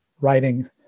writing